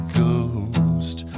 ghost